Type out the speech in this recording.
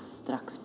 strax